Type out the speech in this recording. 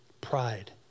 Pride